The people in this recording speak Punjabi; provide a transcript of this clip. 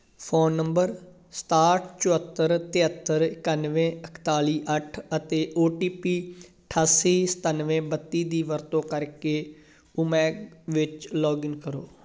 ਫ਼ੋਨ ਨੰਬਰ ਸਤਾਹਠ ਚੁਹੱਤਰ ਤੇਹੱਤਰ ਇਕਾਨਵੇਂ ਇਕਤਾਲੀ ਅੱਠ ਅਤੇ ਓ ਟੀ ਪੀ ਅਠਾਸੀ ਸਤਾਨਵੇਂ ਬੱਤੀ ਦੀ ਵਰਤੋਂ ਕਰਕੇ ਉਮੈਗ ਵਿੱਚ ਲੌਗਇਨ ਕਰੋ